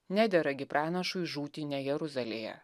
nedera gi pranašui žūti ne jeruzalėje